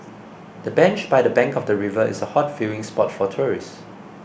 the bench by the bank of the river is a hot viewing spot for tourists